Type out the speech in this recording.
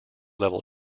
level